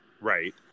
Right